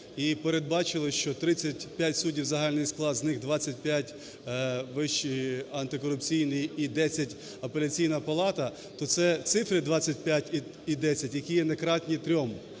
і передбачили, що 35 суддів – загальний склад, з них 25 – Вищий антикорупційний і 10 – Апеляційна палата, то це цифри 25 і 10, які є некратні трьом,